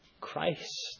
Christ